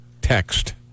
text